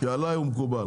עליי הוא מקובל.